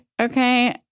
okay